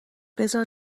بذار